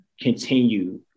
continue